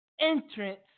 entrance